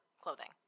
clothing